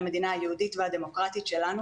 המדינה היהודית והדמוקרטית שלנו,